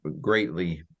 greatly